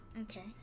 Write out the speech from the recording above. Okay